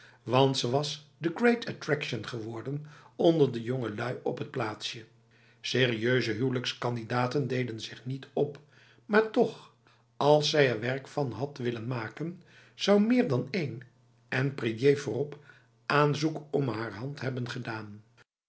want ze was the great attraction geworden onder de jongelui op het plaatsje serieuze huwelijkskandidaten deden zich niet op maar toch als zij er werk van had willen maken zou meer dan een en prédier voorop aanzoek om haar hand hebben gedaan